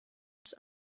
his